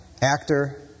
actor